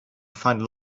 find